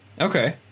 Okay